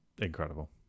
incredible